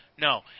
no